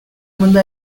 mundo